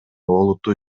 олуттуу